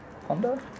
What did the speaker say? honda